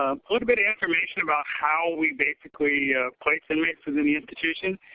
um a little bit of information about how we basically place inmates within the institution.